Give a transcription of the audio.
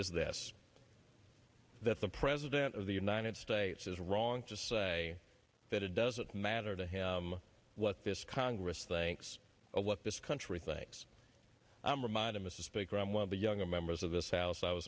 is this that the president of the united states is wrong to say that it doesn't matter to him what this congress thinks of what this country thinks i'm reminded mr speaker i'm one of the younger members of this house i was